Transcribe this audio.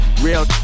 Real